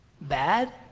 Bad